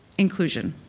inclusion.